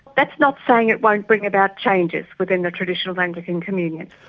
that's not saying it won't bring about changes within the traditional anglican communion.